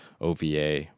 OVA